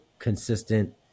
consistent